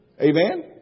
Amen